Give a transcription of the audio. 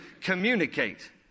communicate